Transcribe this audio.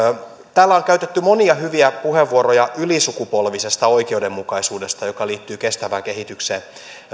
täällä on käytetty monia hyviä puheenvuoroja ylisukupolvisesta oikeudenmukaisuudesta joka liittyy kestävään kehitykseen